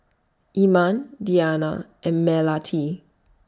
Iman Diyana and Melati